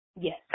Yes